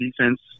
defense